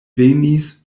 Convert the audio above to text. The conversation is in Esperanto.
venis